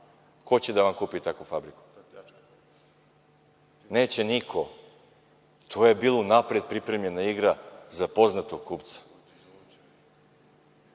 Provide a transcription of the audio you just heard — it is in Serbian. Ko će da vam kupi takvu fabriku? Neće niko. To je bila unapred pripremljena igra za poznatog kupca.